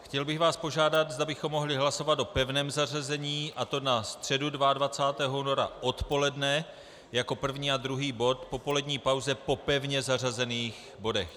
Chtěl bych vás požádat, zda bychom mohli hlasovat o pevném zařazení, a to na středu 22. února odpoledne jako první a druhý bod po polední pauze po pevně zařazených bodech.